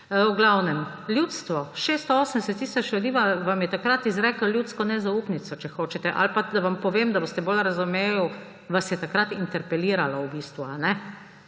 V glavnem, ljudstvo, 680 tisoč ljudi, vam je takrat izreklo ljudsko nezaupnico, če hočete. Ali pa, da vam povem, da boste bolj razumeli, vas je takrat interpeliralo v bistvu, kajne.